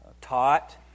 taught